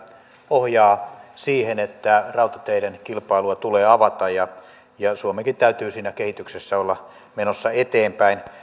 ohjaa siihen että rautateiden kilpailua tulee avata ja suomenkin täytyy siinä kehityksessä olla menossa eteenpäin